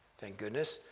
thank goodness,